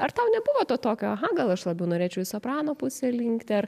ar tau nebuvo to tokio gal aš labiau norėčiau į soprano pusę linkti ar